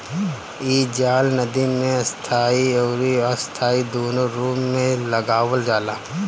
इ जाल नदी में स्थाई अउरी अस्थाई दूनो रूप में लगावल जाला